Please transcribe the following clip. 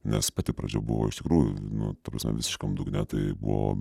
nes pati pradžia buvo iš tikrųjų nu ta prasme visiškam dugne tai buvo